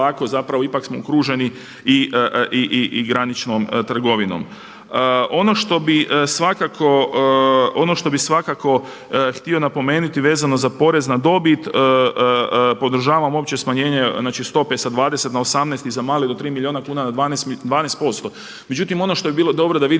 zapravo ipak smo okruženi i graničnom trgovinom. Ono što bi svakako, ono što bi svakako htio napomenuti vezano za poreze na dobit podržavam opće smanjenje znači stope sa 20 na 18 i za male do 3 milijuna kuna na 12%. Međutim, ono što je bilo dobro da vidimo